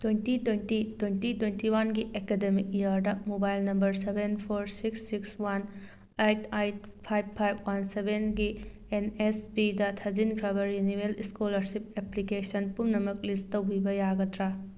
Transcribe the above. twenty twenty twenty twenty ꯋꯥꯟꯒꯤ academic ꯏꯌꯥꯔꯗ mobile number seven four six six one eight eight five five one ꯁꯚꯦꯟꯒꯤ N S ꯄꯤꯗ ꯊꯥꯖꯤꯟꯈ꯭ꯔꯕ renewal scholarship application ꯄꯨꯝꯅꯃꯛ ꯂꯤꯁ ꯇꯧꯕꯤꯕ ꯌꯥꯒꯗ꯭ꯔꯥ